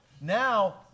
Now